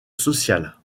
social